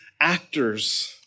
actors